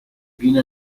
viene